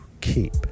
keep